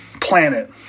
planet